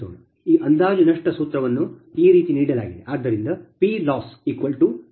ಈ ಅಂದಾಜು ನಷ್ಟ ಸೂತ್ರವನ್ನು ಈ ರೀತಿ ನೀಡಲಾಗಿದೆ